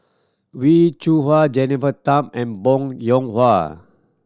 Wee Cho Yaw Jennifer Tham and Bong Hiong Hwa